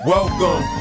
Welcome